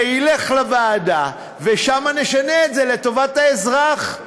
זה ילך לוועדה ושם נשנה את זה לטובת האזרח.